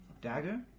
Dagger